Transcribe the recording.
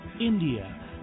India